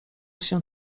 się